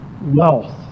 wealth